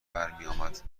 امد